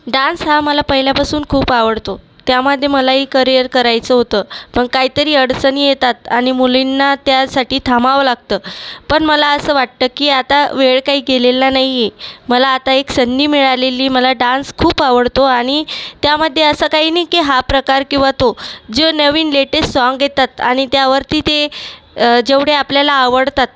dance हा मला पहिल्यापासून खूप आवडतो त्यामधे मलाही करिअर करायचं होतं पण काहीतरी अडचणी येतात आणि मुलींना त्यासाठी थांबावं लागतं पण मला असं वाटतं की आता वेळ काही गेलेला नाहीये मला आता एक संधी मिळालेली मला डान्स खूप आवडतो आणि त्यामध्ये असं काही नाही की हा प्रकार किंवा तो जो नवीन लेटेस्ट सॉन्ग येतात आणि त्यावरती ते जेवढे आपल्याला आवडतात